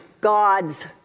God's